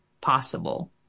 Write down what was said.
possible